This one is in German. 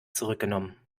zurückgenommen